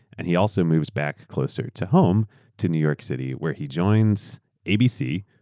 and he also moves back closer to home to new york city where he joins abc,